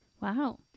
Wow